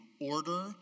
order